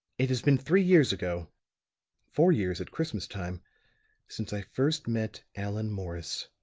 it has been three years ago four years at christmas time since i first met allan morris,